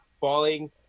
falling